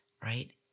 right